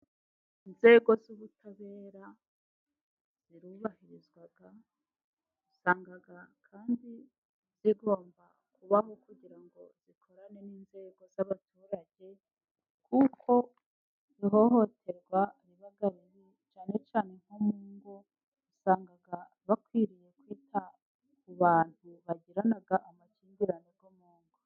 Inzego z'ubutabera zirubahirizwa usanga kandi zigomba kubaho, kugira ngo zikorane n'inzego z'abaturage kuko ihohoterwa ribagamiye cyane cyane nko mu ngo, usanga bakwiriye kwita ku bantu bagirana amakimbirane yo mu ngo.